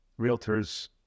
realtors